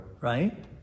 right